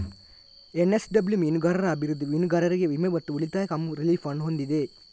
NSW ಮೀನುಗಾರರ ಅಭಿವೃದ್ಧಿ, ಮೀನುಗಾರರಿಗೆ ವಿಮೆ ಮತ್ತು ಉಳಿತಾಯ ಕಮ್ ರಿಲೀಫ್ ಅನ್ನು ಹೊಂದಿದೆ